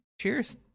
Cheers